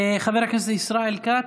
חבר הכנסת ישראל כץ,